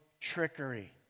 trickery